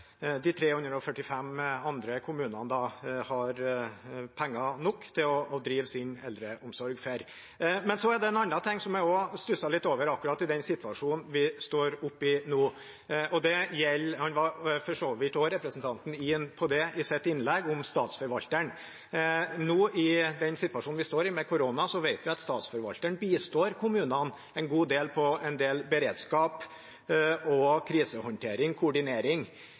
de 345 andre kommunene da har penger nok til å drive sin eldreomsorg for. En annen ting jeg også stusset litt over akkurat i den situasjonen vi står oppe i nå, som representanten for så vidt var inne på i sitt innlegg, gjelder Statsforvalteren. I den situasjonen vi står i nå, med korona, vet vi at Statsforvalteren bistår kommunene en god del på en del beredskap, krisehåndtering og koordinering.